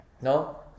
No